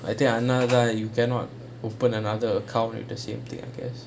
I think அதுனால தான்:athunaala thaan you cannot open another account with the same thing I guess